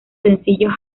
sencillos